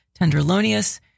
Tenderlonius